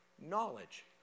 knowledge